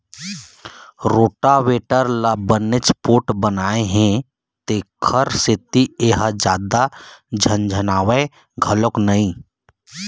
rotavator ल बनेच पोठ बनाए हे तेखर सेती ए ह जादा झनझनावय घलोक नई